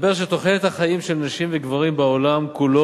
תוחלת החיים של נשים וגברים בעולם כולו